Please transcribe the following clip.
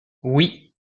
oui